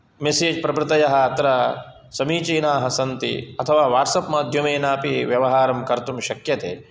message प्रभृतयः अत्र समीचीनाः सन्ति अथवा वाट्सप् माध्यमेनापि व्यवहारं कर्तुं शक्यते